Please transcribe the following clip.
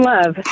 Love